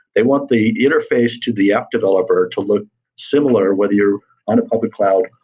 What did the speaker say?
they want the interface to the app developer to look similar, whether you're on a public cloud,